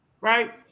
right